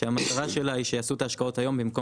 שהמטרה שלה היא שיעשו את ההשקעות היום במקום